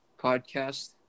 Podcast